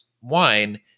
wine